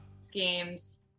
schemes